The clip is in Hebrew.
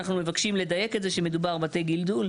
אנחנו מבקשים לדייק את זה משדובר בבתי גידול,